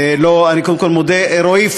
אני מודה לרועי פולקמן,